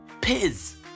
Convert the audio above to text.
piz